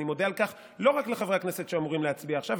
אני מודה על כך לא רק לחברי הכנסת שאמורים להצביע עכשיו,